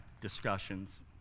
discussions